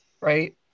right